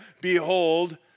behold